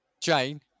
Jane